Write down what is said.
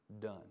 done